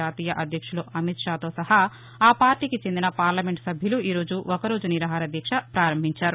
జాతీయ అధ్యక్షులు అమిత్షాతో సహా ఆపార్లీకి చెందిన పార్లమెంటు సభ్యులు ఈ రోజు ఒక రోజు నిరాహార దీక్ష ప్రారంభించారు